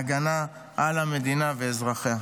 ההגנה על המדינה ואזרחיה.